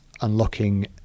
unlocking